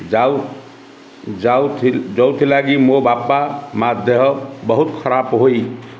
ଯାଉ ଯେଉଁଥିଲାଗି ମୋ ବାପା ମା' ଦେହ ବହୁତ ଖରାପ ହୋଇ